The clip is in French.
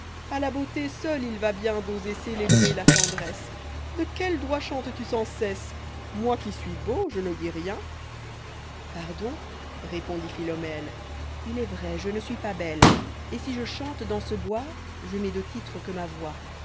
a la beauté seule il va bien d'oser célébrer la tendresse de quel droit chantes tu sans cesse moi qui suis beau je ne dis rien pardon répondit philomèle il est vrai je ne suis pas belle et si je chante dans ce bois je n'ai de titre que ma voix